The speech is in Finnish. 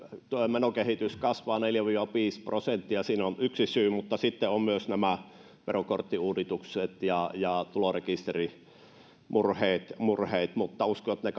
menokehitys kasvaa neljä viiva viisi prosenttia siinä on on yksi syy mutta sitten ovat myös nämä verokorttiuudistukset ja ja tulorekisterimurheet mutta uskon että